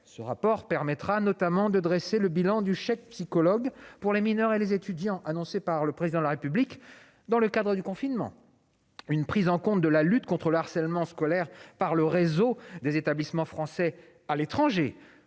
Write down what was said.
demandé permettra notamment de dresser le bilan du « chèque psy » destiné aux mineurs et aux étudiants, annoncé par le Président de la République dans le cadre du confinement. Autres exemples : une prise en compte de la lutte contre le harcèlement scolaire par le réseau des établissements français à l'étranger,